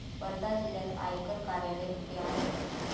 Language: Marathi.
वर्धा जिल्ह्यात आयकर कार्यालय कुठे आहे?